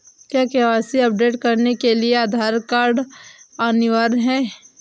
क्या KYC update करने के लिए आधार कार्ड अनिवार्य है?